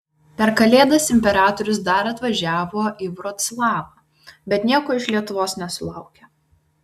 per kalėdas imperatorius dar atvažiavo į vroclavą bet nieko iš lietuvos nesulaukė